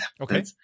Okay